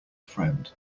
friend